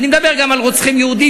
אני מדבר על רוצחים יהודים,